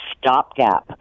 stopgap